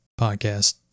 podcast